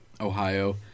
Ohio